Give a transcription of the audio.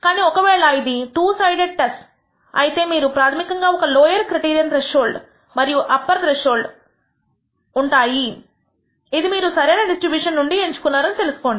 కానీ ఒకవేళ ఇది టూ సైడెడ్ టెస్ట్స్ అయితే మీరు ప్రాథమికంగా ఒక లోయర్ క్రైటీరియన్ త్రెష్హోల్డ్ మరియు అప్పర్ త్రెష్హోల్డ్ ఇది మీరు సరైన డిస్ట్రిబ్యూషన్ నుండి ఎంచుకున్నారు అని తెలుసుకోండి